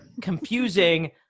confusing